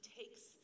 takes